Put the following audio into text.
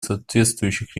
соответствующих